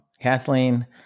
Kathleen